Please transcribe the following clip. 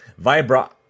Vibra